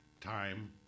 time